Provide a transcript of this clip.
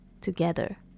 together